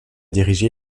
dirigé